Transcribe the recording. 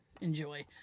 enjoy